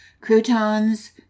croutons